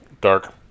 Dark